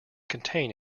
contain